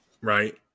right